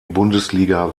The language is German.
bundesliga